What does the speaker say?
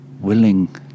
willing